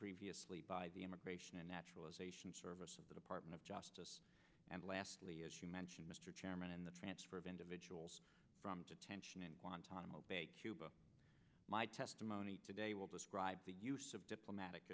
previously by the immigration and naturalization service of the department of justice and lastly as you mentioned mr chairman in the transfer of individuals from detention in guantanamo bay cuba my testimony today will describe the use of diplomatic